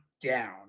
down